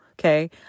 okay